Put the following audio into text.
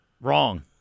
Wrong